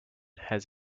has